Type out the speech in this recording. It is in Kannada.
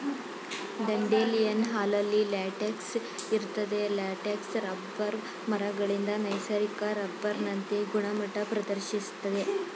ದಂಡೇಲಿಯನ್ ಹಾಲಲ್ಲಿ ಲ್ಯಾಟೆಕ್ಸ್ ಇರ್ತದೆ ಲ್ಯಾಟೆಕ್ಸ್ ರಬ್ಬರ್ ಮರಗಳಿಂದ ನೈಸರ್ಗಿಕ ರಬ್ಬರ್ನಂತೆ ಗುಣಮಟ್ಟ ಪ್ರದರ್ಶಿಸ್ತದೆ